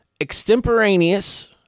extemporaneous